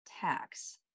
tax